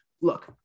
look